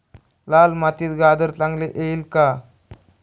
लाल मातीत गाजर चांगले येईल का?